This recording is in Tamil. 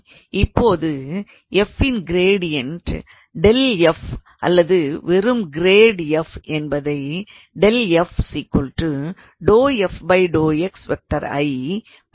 அப்பொழுது f இன் க்ரேடியன்ட் ∇𝑓 அல்லது வெறும் grad f என்பதை எனலாம்